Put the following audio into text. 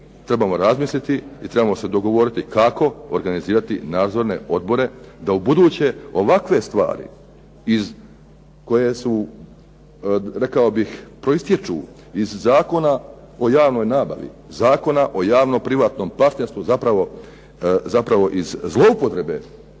trebamo razmisliti i trebamo se dogovoriti kako organizirati nadzorne odbore da u buduće ovakve stvari koje su rekao bih proističu iz Zakona o javnoj nabavi, Zakona o javno-privatnom partnerstvu zapravo iz zloupotrebe